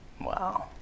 Wow